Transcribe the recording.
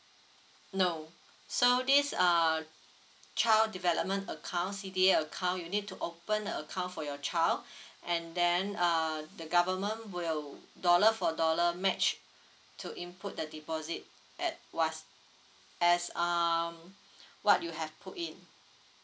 no so this err child development account C_D_A account you need to open a account for your child and then uh the government will dollar for dollar match to input the deposit at what's as um what you have put in